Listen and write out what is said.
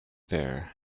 there